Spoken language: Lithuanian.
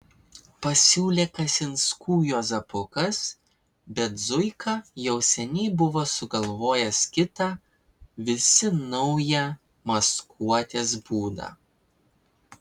pasiūlė kasinskų juozapukas bet zuika jau seniai buvo sugalvojęs kitą visi naują maskuotės būdą